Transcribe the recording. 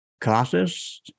classes